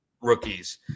rookies